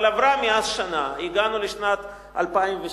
אבל עברה מאז שנה, הגענו לשנת 2007,